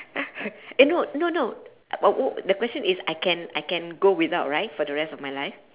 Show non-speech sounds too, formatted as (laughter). (laughs) eh no no no uh w~ the question is I can I can go without right for the rest of my life